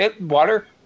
Water